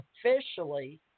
officially